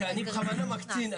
אני בכוונה מקצין,